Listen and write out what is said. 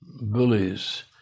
bullies